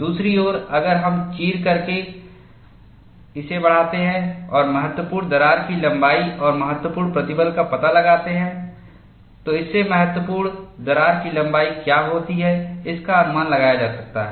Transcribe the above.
दूसरी ओर अगर हम चीर करके इसे बढ़ाते हैं और महत्वपूर्ण दरार की लंबाई और महत्वपूर्ण प्रतिबल का पता लगाते तो इससे महत्वपूर्ण दरार की लंबाई क्या होती है इसका अनुमान लगाया जा सकता है